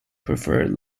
preferred